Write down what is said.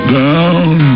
down